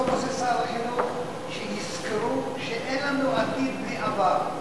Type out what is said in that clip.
טוב עושה שר החינוך כדי שיזכרו שאין לנו עתיד בלי עבר,